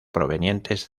provenientes